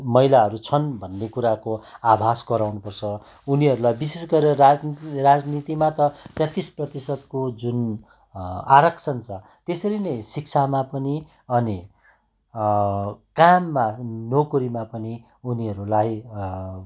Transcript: महिलाहरू छन् भन्ने कुराको आभास गराउनु पर्छ उनीहरूलाई विशेष गरेर राजनीति राजनीतिमा त तेत्तिस प्रतिसतको जुन आरक्षण छ त्यसरी नै शिक्षामा पनि अनि काममा नोकरीमा पनि उनीहरूलाई